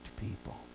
people